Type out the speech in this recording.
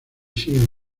siguen